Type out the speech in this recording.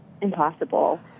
impossible